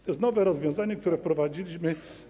To jest nowe rozwiązanie, które wprowadziliśmy.